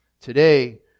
Today